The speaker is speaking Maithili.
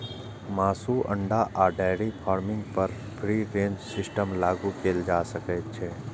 मासु, अंडा आ डेयरी फार्मिंग पर फ्री रेंज सिस्टम लागू कैल जा सकै छै